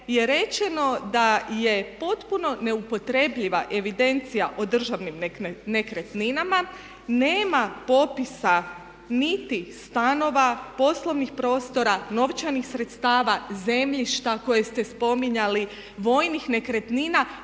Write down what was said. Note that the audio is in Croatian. je rečeno da je potpuno neupotrebljiva evidencija o državnim nekretninama, nema popisa niti stanova, poslovnih prostora, novčanih sredstava, zemljišta koje ste spominjali, vojnih nekretnina.